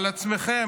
על עצמכם,